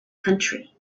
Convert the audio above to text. country